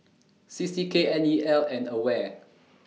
C C K N E L and AWARE